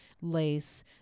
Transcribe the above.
lace